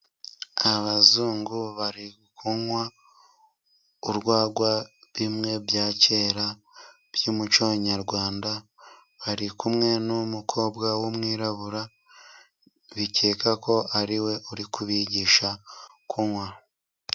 Abazungu bari kunywa urwagwa bimwe bya kera by'umuco nyarwanda. Bari kumwe n'umukobwa w'umwirabura, bikekwa ko ari we uri kubigisha kunywa.